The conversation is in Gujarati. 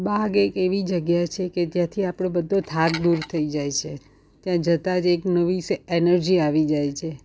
બાગ એક એવી જગ્યા છે કે જ્યાંથી આપણો બધો થાક દૂર થઈ જાય છે ત્યાં જતાં જ એક નવી એનર્જી આવી જાય છે